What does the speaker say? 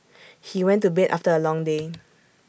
he went to bed after A long day